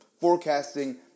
forecasting